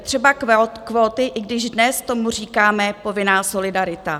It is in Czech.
Třeba kvóty, i když dnes tomu říkáme povinná solidarita.